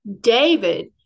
David